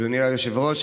אדוני היושב-ראש,